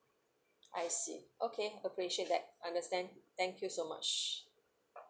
I see okay appreciate that understand thank you so much